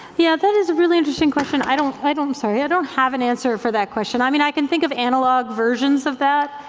yeah, that is a really interesting question. i don't, i don't, i'm sorry, i don't have an answer for that question. i mean i can think of analog versions of that.